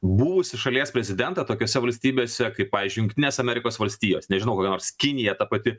buvusį šalies prezidentą tokiose valstybėse kaip pavyzdžiui jungtinės amerikos valstijos nežinau kokia nors kinija ta pati